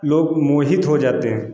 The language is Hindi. लोग मोहित हो जाते हैं